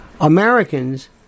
Americans